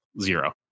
zero